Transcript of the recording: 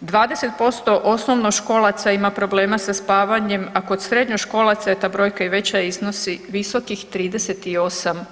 20% osnovnoškolaca ima problema sa spavanje, a kod srednjoškolaca je ta brojka i veća i iznosi visokih 38%